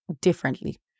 differently